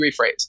rephrase